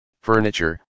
furniture